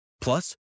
Plus